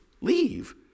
leave